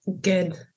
good